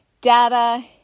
data